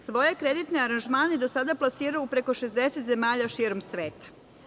Svoje kreditne aranžmane do sada je plasirao u preko 60 zemalja širom sveta.